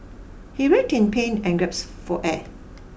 he writhed in pain and grasped for air